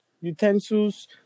utensils